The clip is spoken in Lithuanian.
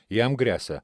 jam gresia